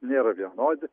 nėra vienodi